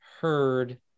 heard